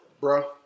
Bro